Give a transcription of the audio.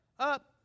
up